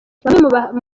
bamwe